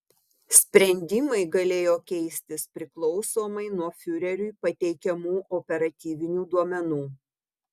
sprendimai galėjo keistis priklausomai nuo fiureriui pateikiamų operatyvinių duomenų